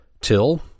till